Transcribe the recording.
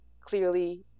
clearly